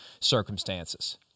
circumstances